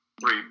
three